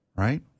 Right